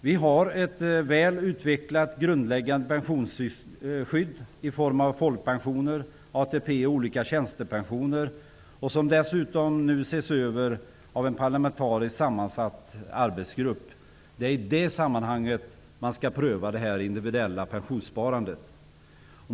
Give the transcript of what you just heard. Vi har ett väl utvecklat grundläggande pensionsskydd i form av folkpensioner, ATP och olika tjänstepensioner, som nu dessutom ses över av en parlamentariskt sammansatt arbetsgrupp. Det är i detta sammanhang man skall pröva detta individuella pensionssparande.